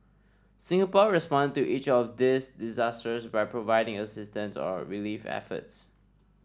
Singapore responded to each of these disasters by providing assistance or relief efforts